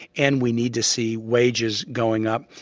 and we need to see wages going up,